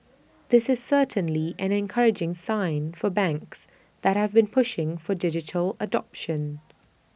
this is certainly an encouraging sign for banks that have been pushing for digital adoption